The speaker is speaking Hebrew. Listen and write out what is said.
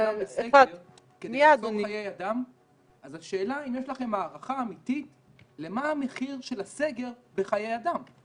אם יש לכם הערכה אמיתית למה המחיר של הסגר בחיי אדם?